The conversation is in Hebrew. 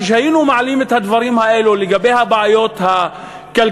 כשהיינו מעלים את הדברים האלה לגבי הבעיות הכלכליות,